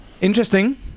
Interesting